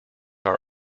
are